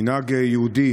מנהג יהודי